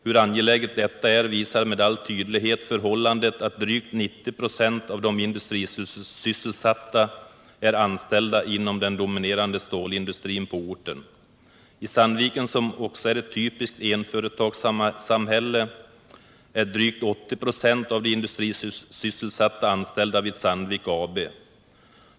Hur angeläget detta är visar med all tydlighet det förhållandet att drygt 90 96 av de industrisysselsatta är anställda inom den dominerande stålindustrin på orten. I Sandviken, som också är ett typiskt enföretagssamhälle, är drygt 80 96 av de industrisysselsatta anställda vid Sandvik AB.